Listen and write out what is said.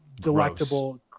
delectable